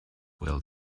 well